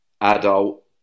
adult